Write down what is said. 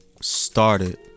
started